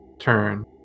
turn